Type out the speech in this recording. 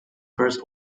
first